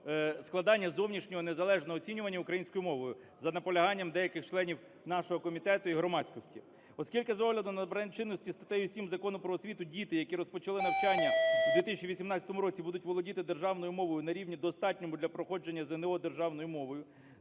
складання зовнішнього незалежного оцінювання українською мовою, за наполяганням деяких членів нашого комітету і громадськості. Оскільки з огляду на набрання чинності статтею 7 Закону "Про освіту" діти, які розпочали навчання у 2018 році, будуть володіти державною мовою на рівні достатньому для проходження ЗНО державною мовою,